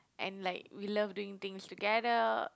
and like we love doing things together